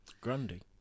Grundy